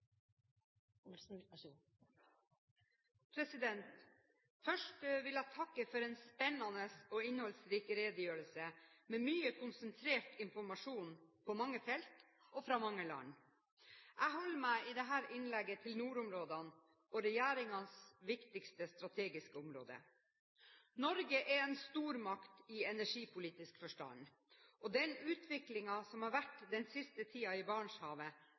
innholdsrik redegjørelse, med mye konsentrert informasjon på mange felt og fra mange land. Jeg holder meg i dette innlegget til nordområdene og regjeringens viktigste strategiske område. Norge er en stormakt i energipolitisk forstand, og den utviklingen som har vært den siste tiden i Barentshavet,